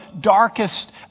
darkest